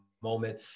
moment